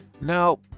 Now